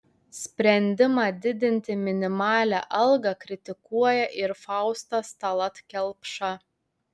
sprendimą didinti minimalią algą kritikuoja ir faustas tallat kelpša